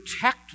protect